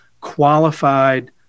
qualified